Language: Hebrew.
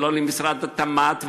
ולא למשרד התמ"ת,